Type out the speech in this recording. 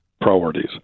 priorities